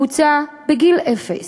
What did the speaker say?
הוא הוצא בגיל אפס,